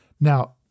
Now